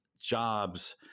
jobs